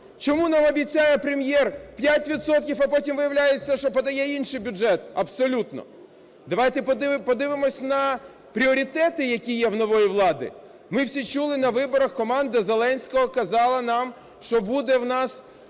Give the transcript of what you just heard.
Чому нам обіцяє Прем'єр 5 відсотків, а потім виявляється, що подає інший бюджет абсолютно?! Давайте подивимось на пріоритети, які є в нової влади. Ми всі чули на виборах, команда Зеленського казала нам, що буде у нас